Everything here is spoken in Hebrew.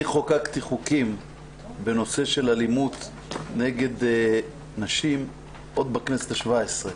אני חוקקתי חוקים בנושא אלימות נגד נשים עוד בכנסת ה-17,